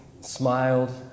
smiled